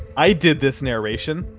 i did this narration.